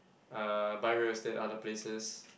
uh buy real estate other places